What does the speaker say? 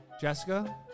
Jessica